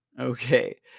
Okay